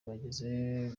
bigeze